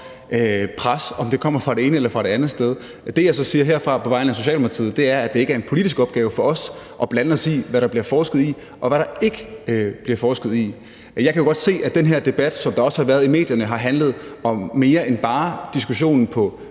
pres, om det kommer fra det ene eller fra det andet sted. Det, jeg siger herfra på vegne af Socialdemokratiet, er, at det ikke er en politisk opgave for os at blande os i, hvad der bliver forsket i, og hvad der ikke bliver forsket i. Jeg kan jo godt se, at den her debat, som der også har været i medierne, har handlet om mere end bare diskussionen på